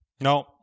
No